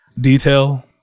detail